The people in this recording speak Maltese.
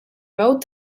mewt